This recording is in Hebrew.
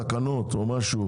תקנות או משהו,